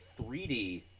3D